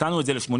הקטנו את זה ל-85%.